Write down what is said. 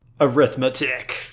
Arithmetic